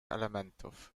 elementów